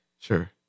Sure